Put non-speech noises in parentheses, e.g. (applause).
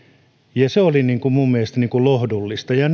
ja se oli minun mielestäni lohdullista ja (unintelligible)